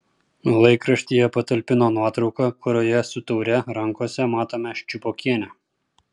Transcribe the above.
laikraštyje patalpino nuotrauką kurioje su taure rankose matome ščiupokienę